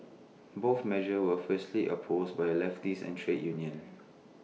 both measures were fiercely opposed by leftists and trade unions